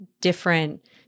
different